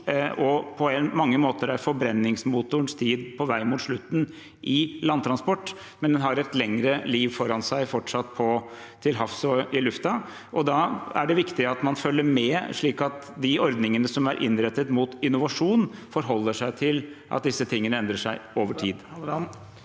På mange måter er forbrenningsmotorens tid på vei mot slutten innen landtransport, men har fortsatt et lengre liv foran seg til havs og i lufta. Da er det viktig at man følger med, slik at de ordningene som er innrettet mot innovasjon, forholder seg til at dette endrer seg over tid.